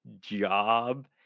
job